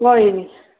कोई निं